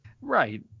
Right